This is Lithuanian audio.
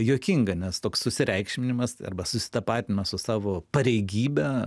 juokinga nes toks susireikšminimas arba susitapatina su savo pareigybe